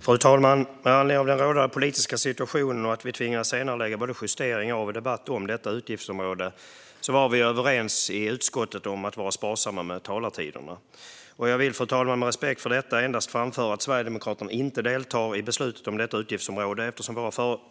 Fru talman! Med anledning av den rådande politiska situationen och att vi tvingas senarelägga både justering av och debatt om detta utgiftsområde var vi i utskottet överens om att vara sparsamma med talartiderna. Jag vill av respekt för detta endast framföra att Sverigedemokraterna inte deltar i beslutet i detta utgiftsområde eftersom